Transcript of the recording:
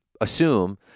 assume